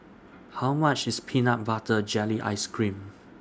How much IS Peanut Butter Jelly Ice Cream